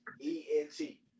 E-N-T